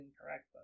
incorrect